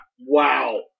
Wow